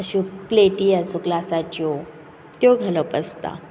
अश्यो प्लेटी आसा ज्यो ग्लासाच्यो त्यो घालप आसता